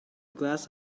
glass